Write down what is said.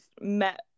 met